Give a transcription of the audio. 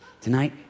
Tonight